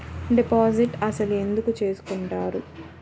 Deposit అసలు ఎందుకు చేసుకుంటారు?